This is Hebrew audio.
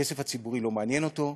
הכסף הציבורי לא מעניין אותו.